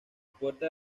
puerta